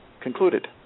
concluded